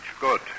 Good